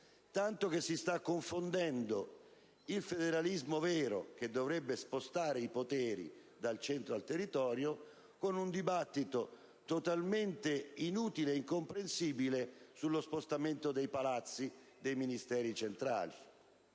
tanto che si sta confondendo il federalismo vero, che dovrebbe spostare i poteri dal centro al territorio, con un dibattito totalmente inutile ed incomprensibile sullo spostamento dei palazzi dei Ministeri centrali,